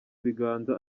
biganza